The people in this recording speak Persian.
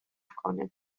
کنه